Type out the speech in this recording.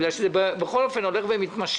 בגלל שזה בכל אופן הולך ומתמשך.